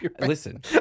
Listen